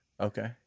Okay